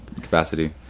capacity